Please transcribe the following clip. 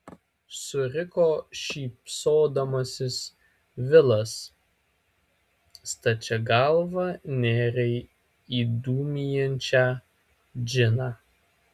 suriko šypsodamasis vilas stačia galva nėrei į dūmijančią džiną